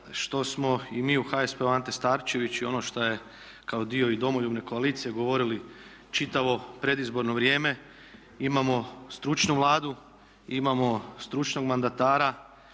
što smo i mi u HSP-u Ante Starčević i ono šta je kao dio i Domoljubne koalicije govorili čitavo predizborno vrijeme imamo stručnu Vladu, imamo stručnog mandatara